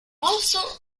also